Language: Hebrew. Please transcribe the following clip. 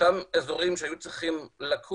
אותם אזורים שהיו צריכים לקום